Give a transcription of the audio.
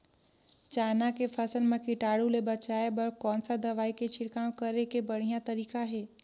चाना के फसल मा कीटाणु ले बचाय बर कोन सा दवाई के छिड़काव करे के बढ़िया तरीका हे?